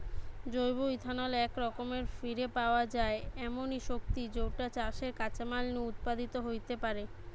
জৈব ইথানল একরকম ফিরে পাওয়া যায় এমনি শক্তি যৌটা চাষের কাঁচামাল নু উৎপাদিত হেইতে পারে